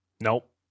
Nope